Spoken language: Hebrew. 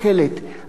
השאלה שלי היא,